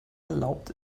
erlaubt